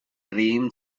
dream